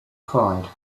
pride